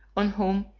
on whom,